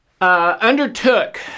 undertook